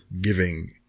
giving